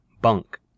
bunk